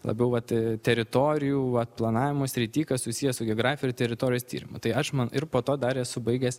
labiau vat teritorijų vat planavimo srity kas susiję su geografija ir teritorijos tyrimu tai aš ma ir po to dar esu baigęs